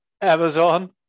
Amazon